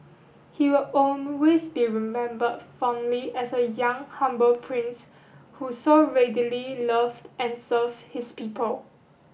he will always be remembered fondly as a young humble prince who so readily loved and served his people